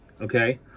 Okay